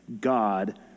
God